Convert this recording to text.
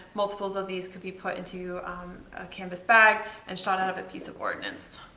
multiple so of these could be put into a canvas bag and shot out of a piece of ordnance.